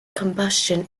combustion